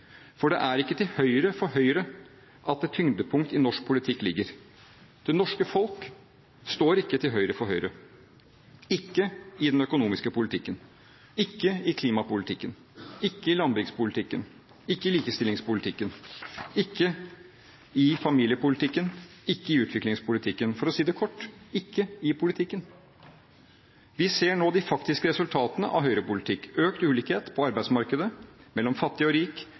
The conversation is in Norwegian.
For det er ikke til høyre for Høyre at tyngdepunktet i norsk politikk ligger. Det norske folk står ikke til høyre for Høyre: ikke i den økonomiske politikken ikke i klimapolitikken ikke i landbrukspolitikken ikke i likestillingspolitikken ikke i familiepolitikken ikke i utviklingspolitikken For å si det kort: ikke i politikken. Vi ser nå de faktiske resultatene av høyrepolitikk: økt ulikhet – på arbeidsmarkedet, mellom fattig og rik,